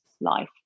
life